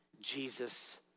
Jesus